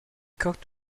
cooked